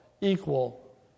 equal